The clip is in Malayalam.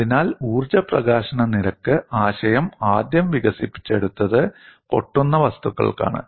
അതിനാൽ ഊർജ്ജ പ്രകാശന നിരക്ക് ആശയം ആദ്യം വികസിപ്പിച്ചെടുത്തത് പൊട്ടുന്ന വസ്തുക്കൾക്കാണ്